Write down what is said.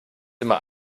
immer